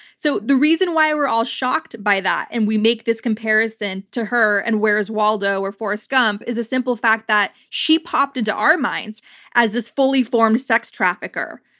so the reason why we're all shocked by that and we make this comparison to her and where's waldo or forrest gump is a simple fact that she popped into our minds as this fully formed sex trafficker.